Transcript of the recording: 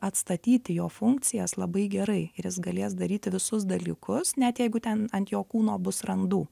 atstatyti jo funkcijas labai gerai ir jis galės daryti visus dalykus net jeigu ten ant jo kūno bus randų